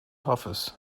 office